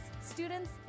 students